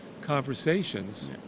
conversations